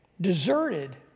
deserted